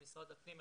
משרד הפנים,